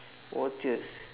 watches